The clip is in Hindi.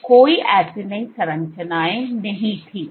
तो कोई एसिनी संरचनाएं नहीं थी